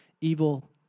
evil